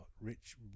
rich